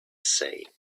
say